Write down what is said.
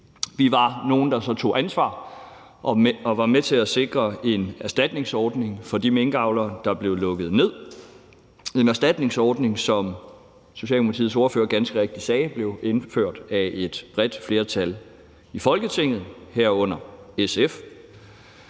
Vi var nogle, der så tog ansvar og var med til at sikre en erstatningsordning for de minkavlere, hvis produktion blev lukket ned. Det var en erstatningsordning, der – som Socialdemokratiets ordfører ganske rigtigt sagde – blev indført af et bredt flertal i Folketinget, herunder SF.